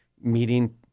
meeting